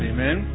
Amen